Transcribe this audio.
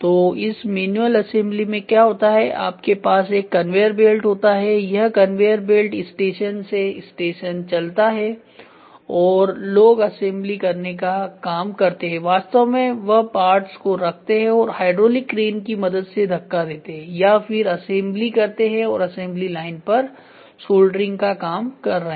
तो इस manual assembly में क्या होता है आपके पास एक कन्वेयर बेल्ट होता है यह कन्वेयर बेल्ट स्टेशन से स्टेशन चलता है और लोग असेंबली करने का काम करते हैं वास्तव में वह पार्ट्स को रखते हैं और हाइड्रोलिक क्रेन की मदद से धक्का देते हैं या सिर्फ असेंबली करते हैं और असेंबली लाइन पर सोल्डरिंग का काम कर रहे हैं